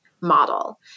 model